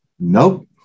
Nope